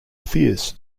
fierce